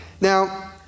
Now